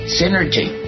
synergy